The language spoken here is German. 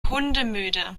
hundemüde